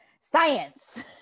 science